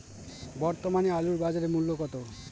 বর্তমানে আলুর বাজার মূল্য কত?